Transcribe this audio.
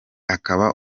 akaba